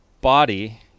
body